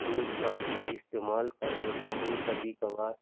دودھ کا بھی استعمال کر لیتا ہوں کبھی کبھار